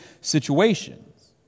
situations